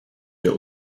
der